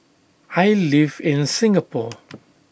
I live in Singapore